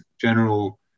general